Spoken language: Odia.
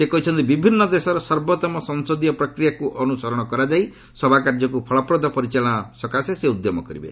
ସେ କହିଛନ୍ତି ବିଭିନ୍ନ ଦେଶର ସର୍ବୋତ୍ତମ ସଂସଦୀୟ ପ୍ରକ୍ରିୟାକୁ ଅନୁସରଣ କରାଯାଇ ସଭାକାର୍ଯ୍ୟକୁ ଫଳପ୍ରଦ ପରିଚାଳନା ପାଇଁ ସେ ଉଦ୍ୟମ କରିବେ